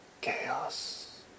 Chaos